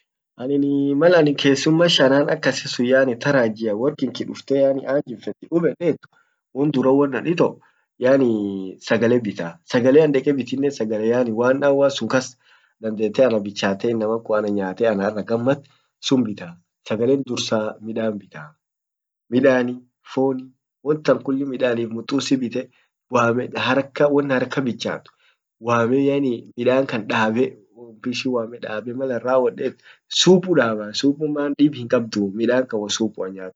annini malanin kessuma shanan akasisun yaani tarajiu worr kinki dufte yaani ant jiffeti kubbetet won durra won an ito sagale bitaa sagale an deke bitinen sagale yaani one hour sun kas dandete ana bichatte inaman kun ana nnyate ana gammad sun bitaa. sagale dursan midan bitaa ,midani foni won tan kullin midanif mutusi bite wame haraka won haraka bichat wame yaani midan kan dabe mpishi wame dabe malan rawodet supu daba, supun maan dib hinkabdu midan kan wosupuan nnyatu jarkun.